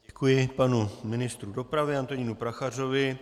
Děkuji panu ministru dopravy Antonínu Prachařovi.